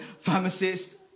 pharmacist